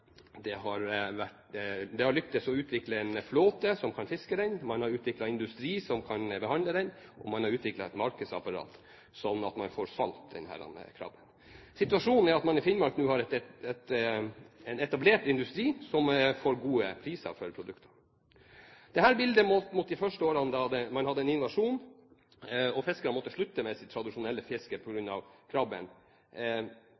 soner har vært vellykket på flere måter. Det har lyktes å bygge opp en merkevare på kongekrabben, det har lyktes å utvikle en flåte som kan fiske den, man har utviklet industri som kan behandle den, og man har utviklet et markedsapparat slik at man får solgt denne krabben. Situasjonen er at man i Finnmark nå har en etablert industri som får gode priser for produktene. Dette bildet målt mot de første årene da man hadde en invasjon og fiskerne måtte slutte med sitt tradisjonelle fiske på